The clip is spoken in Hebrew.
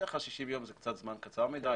בדרך כלל 60 ימים זה זמן קצר מדי.